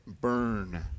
burn